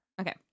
okay